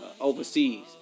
overseas